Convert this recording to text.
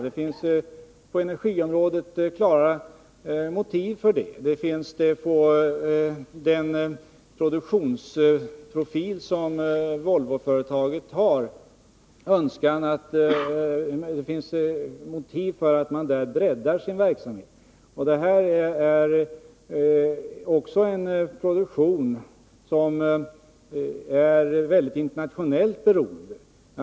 På energiområdet finns det klara motiv för detta. Volvoföretagets produktionsprofil ger motiv för en breddad verksamhet. Det är också en produktion som är mycket internationellt beroende.